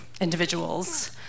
individuals